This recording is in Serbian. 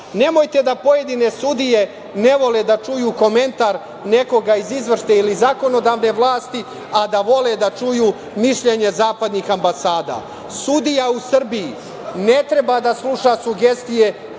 Nemojte da pojedine sudije ne vole da čuju komentar nekoga iz izvršne ili zakonodavne vlasti, a da vole da čuju mišljenje zapadnih ambasada. Sudija u Srbiji ne treba da sluša sugestije